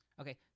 Okay